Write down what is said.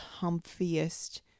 comfiest